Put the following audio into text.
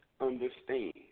understand